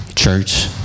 Church